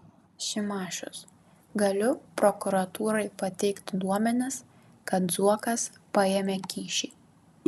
šimašius galiu prokuratūrai pateikti duomenis kad zuokas paėmė kyšį